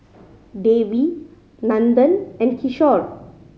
Devi Nandan and Kishore